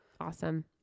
Awesome